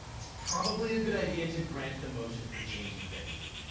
its probably a good idea to grant the motion for change of venue.